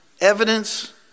evidence